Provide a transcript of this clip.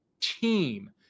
team